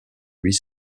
huit